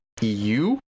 EU